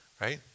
Right